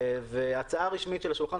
ההצעה הרשמית שעל השולחן,